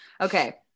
Okay